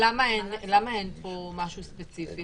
למה אין פה משהו ספציפי?